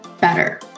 better